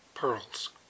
pearls